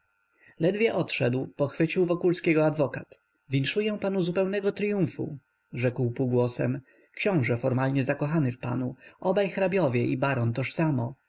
ledwie odszedł pochwycił wokulskiego adwokat winszuję panu zupełnego tryumfu rzekł półgłosem książe formalnie zakochany w panu obaj hrabiowie i baron toż samo